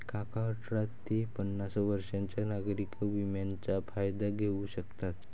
काका अठरा ते पन्नास वर्षांच्या नागरिक विम्याचा फायदा घेऊ शकतात